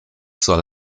soll